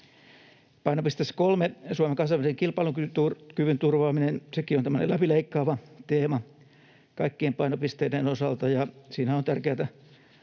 Painopisteessä 3, Suomen kansainvälisen kilpailukyvyn turvaaminen — sekin on tämmöinen läpileikkaava teema kaikkien painopisteiden osalta — on tärkeätä